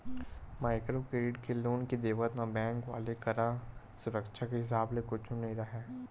micro credit के loan के देवत म बेंक वाले करा सुरक्छा के हिसाब ले कुछु नइ राहय